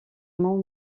mont